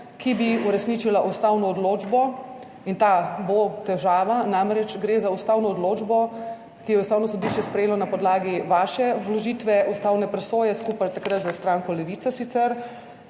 ki bi uresničila ustavno odločbo in ta bo težava. Namreč gre za ustavno odločbo, ki jo je Ustavno sodišče sprejelo na podlagi vaše vložitve ustavne presoje, skupaj takrat s stranko Levica sicer,